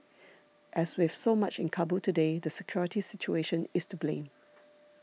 as with so much in Kabul today the security situation is to blame